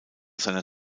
seiner